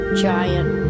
giant